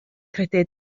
credu